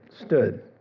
stood